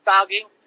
dogging